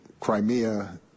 Crimea